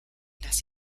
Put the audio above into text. las